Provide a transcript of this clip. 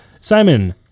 Simon